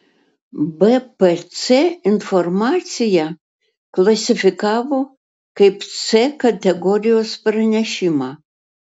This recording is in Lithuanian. bpc informaciją klasifikavo kaip c kategorijos pranešimą